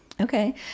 Okay